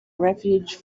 refuge